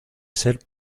ser